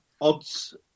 odds